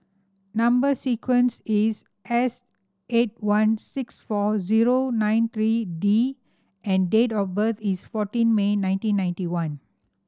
number sequence is S eight one six four zero nine three D and date of birth is fourteen May nineteen ninety one